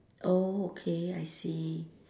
oh okay I see